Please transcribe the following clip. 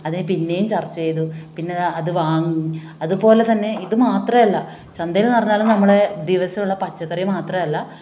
അതിന് പിന്നെയും ചർച്ച ചെയ്തു പിന്നെ അത് വാങ്ങും അതുപോലെ തന്നെ ഇത് മാത്രമല്ല ചന്തയിൽ നിന്ന് പറഞ്ഞാൽ നമ്മളെ ദിവസവുമുള്ള പച്ചക്കറി മാത്രമല്ല